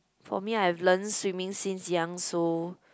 for me I've learn swimming since young so